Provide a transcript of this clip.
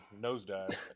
nosedive